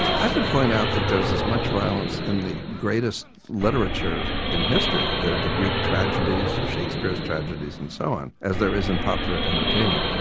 i could point out there's as much violence in the greatest literature in history, the the greek tragedies, shakespeare's tragedies and so on, as there is in popular entertainment.